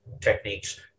techniques